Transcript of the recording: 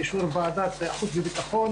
באישור ועדת החוץ והביטחון,